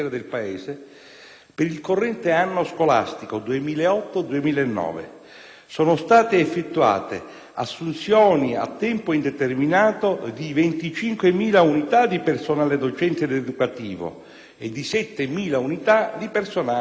per il corrente anno scolastico 2008-2009 sono state effettuate assunzioni a tempo indeterminato di 25.000 unità di personale docente ed educativo e di 7.000 unità di personale ATA.